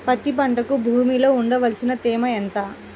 పత్తి పంటకు భూమిలో ఉండవలసిన తేమ ఎంత?